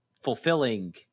fulfilling